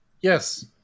Yes